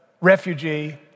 refugee